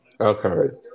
Okay